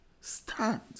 Stand